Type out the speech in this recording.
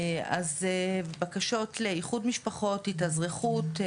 אז בקשות לאיחוד משפחות, התאזרחות.